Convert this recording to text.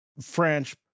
French